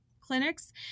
clinics